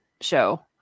show